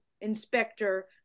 inspector